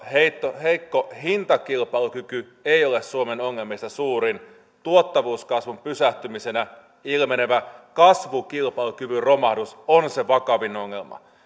heikko heikko hintakilpailukyky ei ole suomen ongelmista suurin tuottavuuskasvun pysähtymisenä ilmenevä kasvukilpailukyvyn romahdus on vakavin ongelma